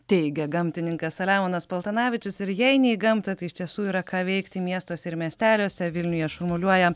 teigia gamtininkas selemonas paltanavičius ir jei ne į gamtą tai iš tiesų yra ką veikti miestuose ir miesteliuose vilniuje šurmuliuoja